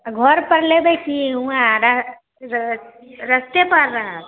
आ घर पर लेबै कि ओएह र रस्ते पर रहब